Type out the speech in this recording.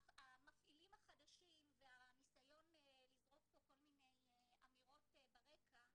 המפעילים החדשים והניסיון לזרוק פה כל מיני אמירות ברקע,